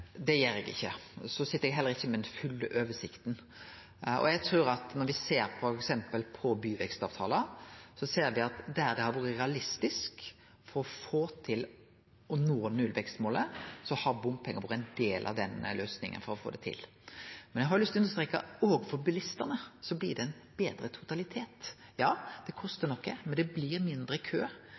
Det gjer eg ikkje. Eg sit heller ikkje med den fulle oversikta. Eg trur at når me f.eks. ser på byvekstavtalar, ser me at der det har vore realistisk å få til å nå nullvekstmålet, har bompengar vore ein del av løysinga for å få det til. Men eg har lyst til å understreke at òg for bilistane blir det ein betre totalitet. Ja, det kostar noko, men det blir mindre kø,